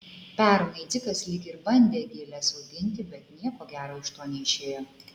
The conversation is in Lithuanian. pernai dzikas lyg ir bandė gėles auginti bet nieko gero iš to neišėjo